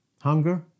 hunger